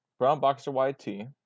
BrownBoxerYT